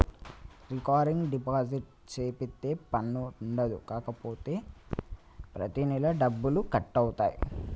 recurring deposit సేపిత్తే పన్ను ఉండదు కాపోతే ప్రతి నెలా డబ్బులు కట్ అవుతాయి